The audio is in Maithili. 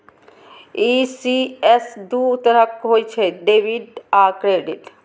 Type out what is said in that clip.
ई.सी.एस दू तरहक होइ छै, डेबिट आ क्रेडिट